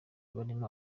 barimo